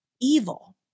evil